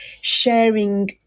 sharing